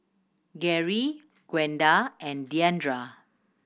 Garey Gwenda and Diandra